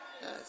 Yes